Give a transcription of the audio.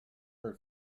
her